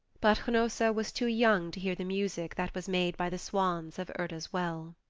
but hnossa was too young to hear the music that was made by the swans of urda's well.